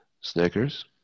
Snickers